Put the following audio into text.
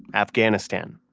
afghanistan,